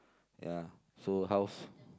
ya so how's